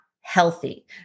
healthy